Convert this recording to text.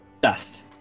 Dust